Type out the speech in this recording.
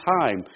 time